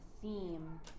theme